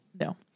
no